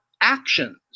actions